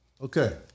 Okay